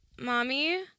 mommy